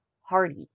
Hardy